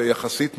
ויחסית מהר,